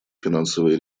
финансовые